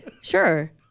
sure